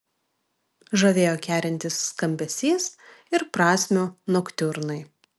žavėjo kerintis skambesys ir prasmių noktiurnai